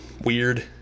weird